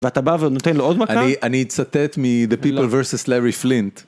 ואתה בא ונותן לו עוד מכה? אני, אני אצטט מ"דה פיפל ורסס לרי פלינט".